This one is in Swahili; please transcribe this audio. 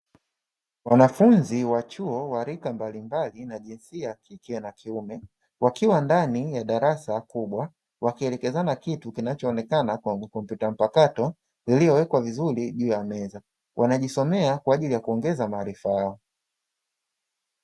Wanafunzi wa chuo wa rika mbalimbali na jinsia ya kike na kiume, wakiwa ndani ya darasa kubwa, wakielekezana kitu kinachoonekana kwa kompyuta mpakato iliyowekwa vizuri juu ya meza. Wanajisomea kwa ajili ya kuongeza maarifa yao.